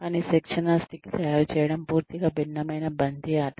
కానీ శిక్షణ స్టిక్ తయారు చేయడం పూర్తిగా భిన్నమైన బంతి ఆట